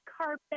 carpet